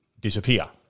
disappear